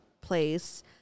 place